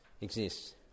exists